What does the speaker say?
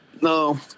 No